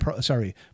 sorry